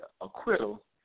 acquittal